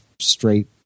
straight